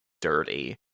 dirty